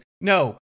no